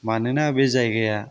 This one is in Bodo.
मानोना बे जायगाया